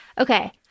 Okay